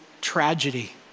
tragedy